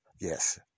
Yes